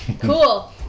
Cool